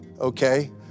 okay